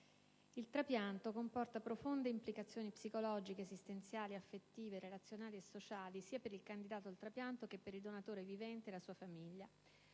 Il trapianto comporta profonde implicazioni psicologiche, esistenziali, affettive, relazionali e sociali sia per il candidato al trapianto che per il donatore vivente e la sua famiglia.